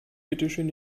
bitteschön